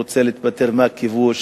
רוצה להתפטר מהכיבוש